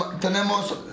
tenemos